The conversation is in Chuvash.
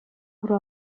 ура